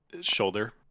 Shoulder